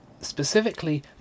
specifically